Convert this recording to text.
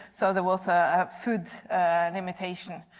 so there was ah a food limitation.